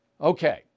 Okay